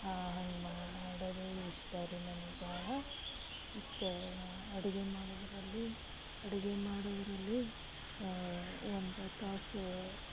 ಹಂಗ್ ಮಾಡೋದೂ ಇಷ್ಟ ರೀ ನಮ್ಗ ಭಾಳ ಮತ್ತು ಅಡ್ಗೆ ಮಾಡೋದರಲ್ಲಿ ಅಡ್ಗೆ ಮಾಡೋದರಲ್ಲಿ ಒಂದು ತಾಸು